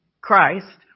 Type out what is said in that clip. Christ